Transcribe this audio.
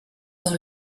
dans